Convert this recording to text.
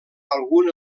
algun